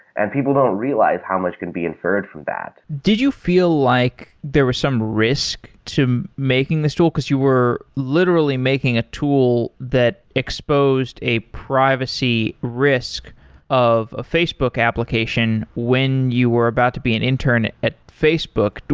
and people don't realize how much can be inferred from that. did you feel like there was some risk to making this tool, because you were literally making a tool that exposed a privacy risk of a facebook application when you were about to be an intern at facebook.